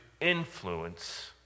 influence